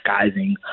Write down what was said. disguising